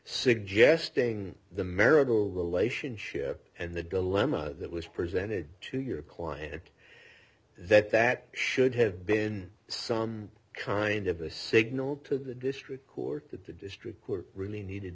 suggesting the marital relationship and the dilemma that was presented to your client that that should have been some kind of a signal to the district court that the district we're really needed